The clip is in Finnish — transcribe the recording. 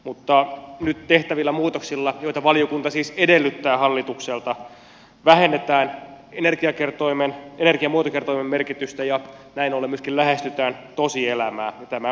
mutta nyt tehtävillä muutoksilla joita valiokunta siis edellyttää hallitukselta vähennetään energiamuotokertoimen merkitystä ja näin ollen myöskin lähestytään tosielämää ja tämä on oikea suunta